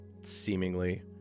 seemingly